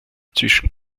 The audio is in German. zwischen